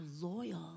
loyal